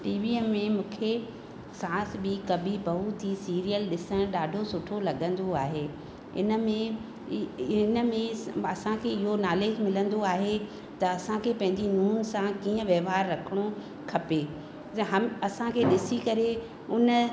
टीवीअ में मूंखे सास भी कभी बहु थी सीरियल ॾिसणु ॾाढो सुठो लॻंदो आहे इन में ई हिन में असांखे इहो नालेज मिलंदो आहे त असांखे पंहिंजी नुंह सां कीअं वहिंवार रखिणो खपे हम असांखे ॾिसी करे उन